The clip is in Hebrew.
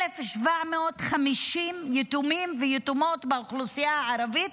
1,750 יתומים ויתומות באוכלוסייה הערבית